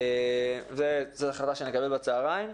זו החלטה שנקבל בצוהריים.